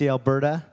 Alberta